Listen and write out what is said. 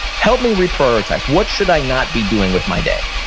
help me re-prioritize. what should i not be doing with my day?